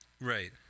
Right